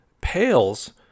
pales